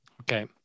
Okay